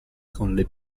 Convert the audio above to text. con